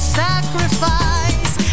sacrifice